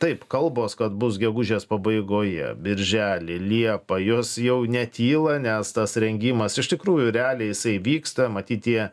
taip kalbos kad bus gegužės pabaigoje birželį liepą jos jau netyla nes tas rengimas iš tikrųjų realiai jisai vyksta matyt tie